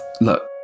Look